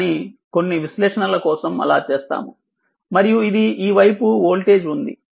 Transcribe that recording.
కానీ కొన్ని విశ్లేషణల కోసం అలా చేస్తాము మరియు ఇది ఈ వైపు వోల్టేజ్ ఉంది